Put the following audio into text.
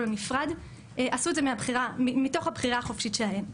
הנפרד עשו את זה מתוך הבחירה החופשית שלהן.